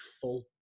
full